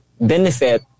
benefit